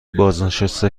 بازنشسته